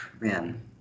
Man